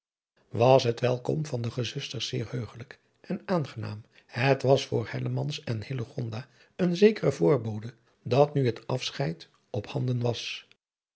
was het welkom van de gezusters zeer heugelijk en aangenaam het was voor adriaan loosjes pzn het leven van hillegonda buisman hellemans en hillegonda een zekere voorbode dat nu het afscheid op handen was